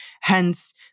Hence